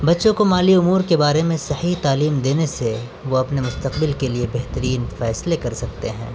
بچوں کو مالی امور کے بارے میں صحیح تعلیم دینے سے وہ اپنے مستقبل کے لیے بہترین فیصلے کر سکتے ہیں